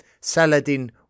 Saladin